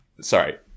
Sorry